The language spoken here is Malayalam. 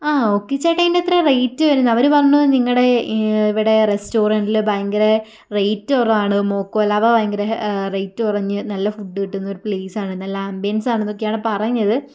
ആ ഓക്കെ ചേട്ടാ ഇതിനെത്രയാ റേറ്റ് വരുന്നത് അവര് പറഞ്ഞു നിങ്ങളുടെ ഇവിടെ റസ്റ്റോറൻറ്റില് ഭയങ്കര റേറ്റ് കുറവാണ് മോക്കോലാവ ഭയങ്കര റേറ്റ് കുറഞ്ഞ് നല്ല ഫുഡ് കിട്ടുന്ന ഒരു പ്ലേസാണെന്ന് നല്ല ആമ്പിയൻസാണന്നൊക്കെയാണ് പറഞ്ഞത്